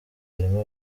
harimo